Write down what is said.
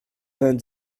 vingt